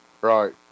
Right